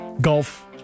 golf